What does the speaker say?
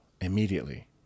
immediately